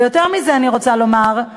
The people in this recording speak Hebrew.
ויותר מזה אני רוצה לומר,